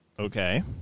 Okay